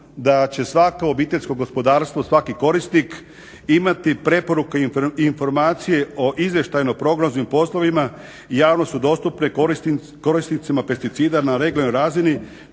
da će svako obiteljsko gospodarstvo, svaki korisnik imati preporuke i informacije o izvještajno prognoznim poslovima i javno su dostupne korisnicima pesticida na regionalnoj razini,